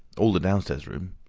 all the downstairs rooms